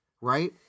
Right